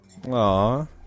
Aww